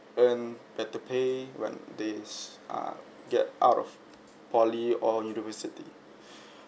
and better pay when days are get out of poly or university